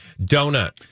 Donut